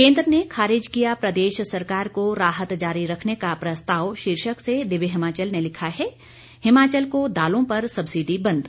केंद्र ने खारिज किया प्रदेश सरकार को राहत जारी रखने का प्रस्ताव शीर्षक से दिव्य हिमाचल लिखता है हिमाचल को दालों पर सबसिडी बंद